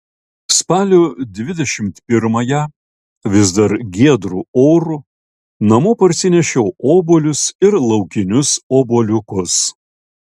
spalio dvidešimt pirmąją vis dar giedru oru namo parsinešiau obuolius ir laukinius obuoliukus